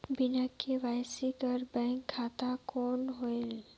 बिना के.वाई.सी कर बैंक खाता कौन होएल?